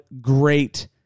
great